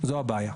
זו הבעיה.